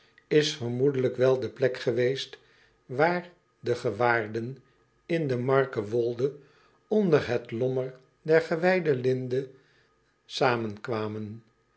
is vermoedelijk wel de plek geweest waar de gewaarden in de marke oolde onder het lommer der gewijde linde